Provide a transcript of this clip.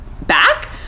back